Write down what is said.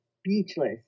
speechless